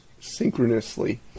synchronously